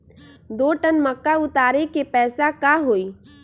दो टन मक्का उतारे के पैसा का होई?